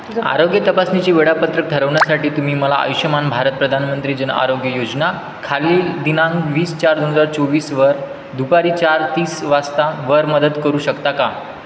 आरोग्य तपासणीची वेळापत्रक ठरवण्यासाठी तुम्ही मला आयुष्यमान भारत प्रधानमंत्री जन आरोग्य योजना खालील दिनांक वीस चार दोन हजार चोवीसवर दुपारी चार तीस वाजता वर मदत करू शकता का